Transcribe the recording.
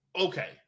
Okay